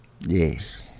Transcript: Yes